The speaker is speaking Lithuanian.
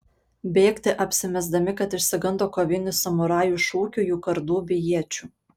bėgti apsimesdami kad išsigando kovinių samurajų šūkių jų kardų bei iečių